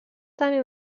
tenir